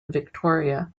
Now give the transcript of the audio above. victoria